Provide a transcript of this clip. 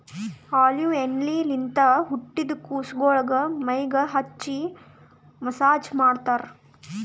olive ಎಣ್ಣಿಲಿಂತ್ ಹುಟ್ಟಿದ್ ಕುಸಗೊಳಿಗ್ ಮೈಗ್ ಹಚ್ಚಿ ಮಸ್ಸಾಜ್ ಮಾಡ್ತರ್